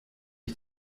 ich